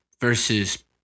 versus